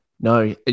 No